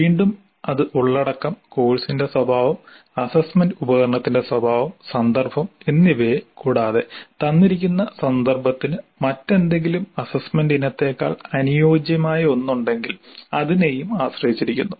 വീണ്ടും അത് ഉള്ളടക്കം കോഴ്സിന്റെ സ്വഭാവം അസ്സസ്സ്മെന്റ് ഉപകരണത്തിന്റെ സ്വഭാവം സന്ദർഭം എന്നിവയെ കൂടാതെ തന്നിരിക്കുന്ന സന്ദർഭത്തിന് മറ്റെന്തെങ്കിലും അസ്സസ്സ്മെന്റ് ഇനത്തേക്കാൾ അനുയോജ്യമായ ഒന്ന് ഉണ്ടെങ്കിൽ അതിനെയും ആശ്രയിച്ചിരിക്കുന്നു